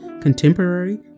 contemporary